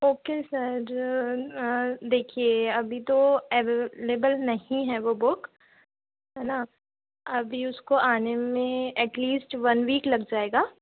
okay sir देखिए अभी तो अवेलेबल नहीं हैं वो बुक है ना अभी उसको आने में एट लीस्ट वन वीक लग जाएगा